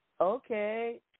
Okay